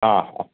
ആ അ